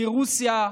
מרוסיה,